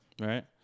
Right